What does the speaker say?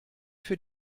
für